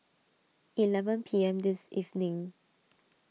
eleven P M this evening